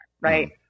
Right